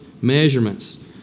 measurements